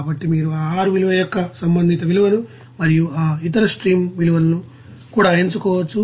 కాబట్టి మేము ఆ R విలువ యొక్క సంబంధిత విలువను మరియు ఇతర స్ట్రీమ్ విలువలను కూడా ఎంచుకోవచ్చు